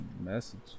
Message